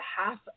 half